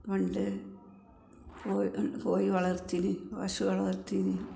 പണ്ട് കോഴി വളർത്തൽ പശു വളർത്തിയിരുന്നു